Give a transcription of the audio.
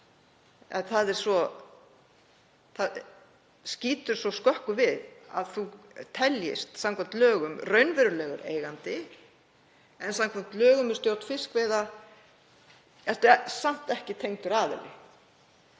Það skýtur svo skökku við að þú teljist samkvæmt lögum raunverulegur eigandi en samkvæmt lögum um stjórn fiskveiða ertu samt ekki tengdur aðili.